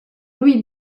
lui